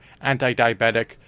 anti-diabetic